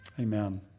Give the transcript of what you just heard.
Amen